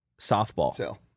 softball